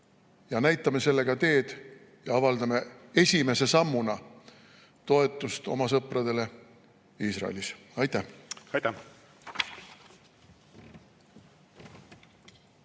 Näitame sellega teed ja avaldame esimese sammuna toetust oma sõpradele Iisraelis. Aitäh!